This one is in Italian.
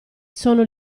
sono